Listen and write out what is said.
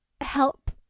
help